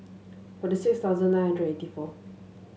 forty six thousand nine hundred and eighty four